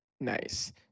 nice